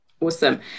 Awesome